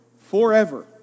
forever